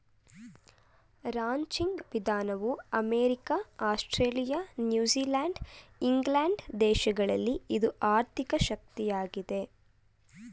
ranching ವಿಧಾನವು America, Australia, New Zealand England ದೇಶಗಳಲ್ಲಿ ಇದು ಆರ್ಥಿಕ ಶಕ್ತಿಯಾಗಿದೆ